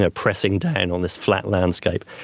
ah pressing down on this flat landscape.